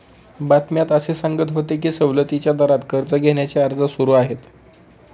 बातम्यात असे सांगत होते की सवलतीच्या दरात कर्ज घेण्याचे अर्ज सुरू आहेत